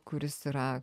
kuris yra